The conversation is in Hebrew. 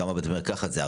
כמה בתי מרקחת זה?